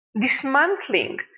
dismantling